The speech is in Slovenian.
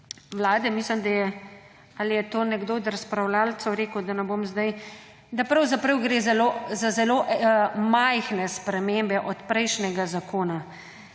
Vlade, ali pa je to nekdo od razpravljavcev rekel, da ne bom zdaj …, da pravzaprav gre za zelo majhne spremembe od prejšnjega zakona.